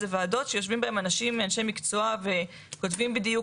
זה ועדות שיושבים בהם אנשי מקצוע וכותבים בדיוק